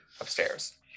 upstairs